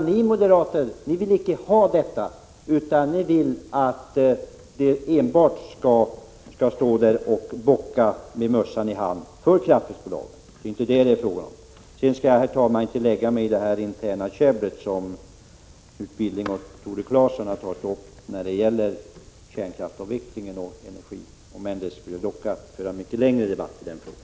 Ni moderater vill icke vara med om det, utan ni vill att kommunens företrädare enbart skall stå där med mössan i hand och bocka för kraftverksbolagen. Jag skall inte lägga mig i det interna käbblet mellan Knut Billing och Tore Claeson om kärnkraftsavvecklingen och energin — om än det skulle locka till en mycket längre debatt i den frågan.